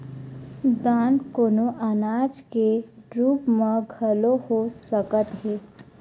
दान कोनो अनाज के रुप म घलो हो सकत हे